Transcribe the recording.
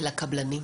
ולקבלנים.